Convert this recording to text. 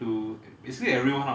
giving this opportunity